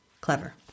Clever